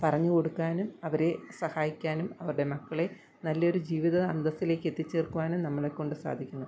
പറഞ്ഞുകൊടുക്കാനും അവരെ സഹായിക്കാനും അവരുടെ മക്കളെ നല്ലൊരു ജീവിത അന്തസ്സിലേക്കെത്തിച്ചേർക്കുവാനും നമ്മളെക്കൊണ്ട് സാധിക്കുന്നു